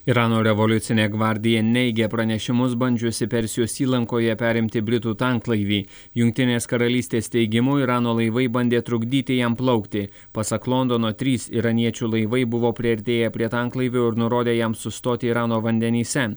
irano revoliucinė gvardija neigia pranešimus bandžiusi persijos įlankoje perimti britų tanklaivį jungtinės karalystės teigimu irano laivai bandė trukdyti jam plaukti pasak londono trys iraniečių laivai buvo priartėję prie tanklaivio ir nurodė jam sustoti irano vandenyse